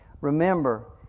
remember